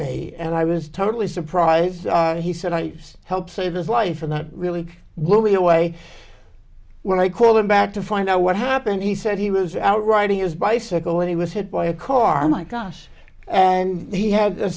me and i was totally surprised he said i helped save his life and that really blew me away when i call him back to find out what happened he said he was out riding his bicycle when he was hit by a car my gosh and he had a